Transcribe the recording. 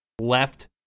left